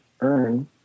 earn